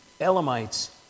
Elamites